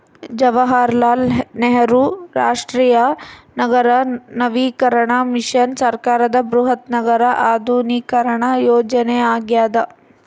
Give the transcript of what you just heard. ಜವಾಹರಲಾಲ್ ನೆಹರು ರಾಷ್ಟ್ರೀಯ ನಗರ ನವೀಕರಣ ಮಿಷನ್ ಸರ್ಕಾರದ ಬೃಹತ್ ನಗರ ಆಧುನೀಕರಣ ಯೋಜನೆಯಾಗ್ಯದ